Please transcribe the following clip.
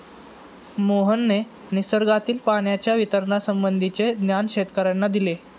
मोहनने निसर्गातील पाण्याच्या वितरणासंबंधीचे ज्ञान शेतकर्यांना दिले